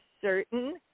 certain